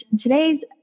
today's